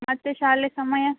ಮತ್ತೆ ಶಾಲೆ ಸಮಯ